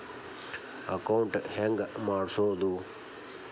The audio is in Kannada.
ಅಕೌಂಟ್ ಹೆಂಗ್ ಮಾಡ್ಸೋದು?